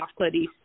chocolatey